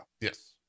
yes